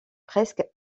presque